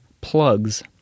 plugs